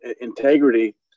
integrity